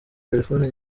telephone